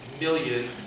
million